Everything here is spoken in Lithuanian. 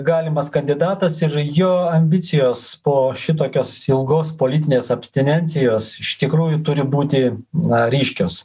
galimas kandidatas ir jo ambicijos po šitokios ilgos politinės abstinencijos tikrųjų turi būti na ryškios